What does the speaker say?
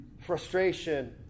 frustration